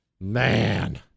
man